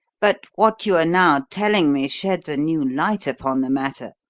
but what you are now telling me sheds a new light upon the matter.